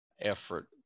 effort